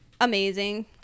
amazing